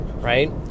right